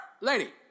lady